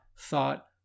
thought